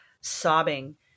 sobbing